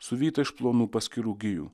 suvytą iš plonų paskirų gijų